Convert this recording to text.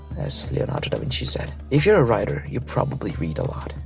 as leonardo da vinci said. if you're a writer, you probably read a lot.